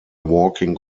walking